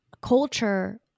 culture